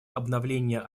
обновления